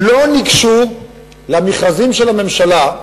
לא ניגשו למכרזים של הממשלה.